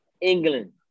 England